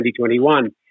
2021